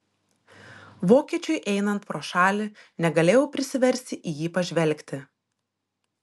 vokiečiui einant pro šalį negalėjau prisiversti į jį pažvelgti